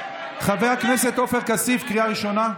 חבר הכנסת חנוך מלביצקי, קריאה ראשונה.